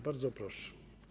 Bardzo proszę.